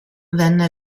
venne